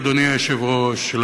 אדוני היושב-ראש,